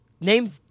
Name